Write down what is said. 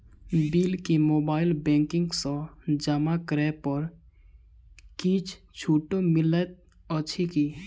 Bill केँ mobile banking सँ जमा करै पर किछ छुटो मिलैत अछि की?